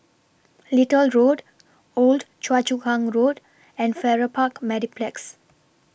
Little Road Old Choa Chu Kang Road and Farrer Park Mediplex